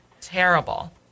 terrible